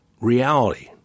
reality